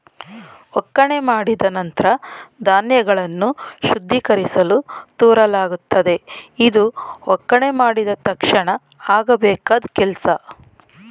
ಒಕ್ಕಣೆ ಮಾಡಿದ ನಂತ್ರ ಧಾನ್ಯಗಳನ್ನು ಶುದ್ಧೀಕರಿಸಲು ತೂರಲಾಗುತ್ತದೆ ಇದು ಒಕ್ಕಣೆ ಮಾಡಿದ ತಕ್ಷಣ ಆಗಬೇಕಾದ್ ಕೆಲ್ಸ